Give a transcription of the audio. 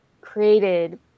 created